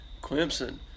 Clemson